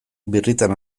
birritan